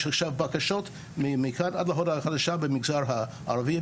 יש עכשיו בקשות מכאן עד להודעה חדשה במגזר הערבי,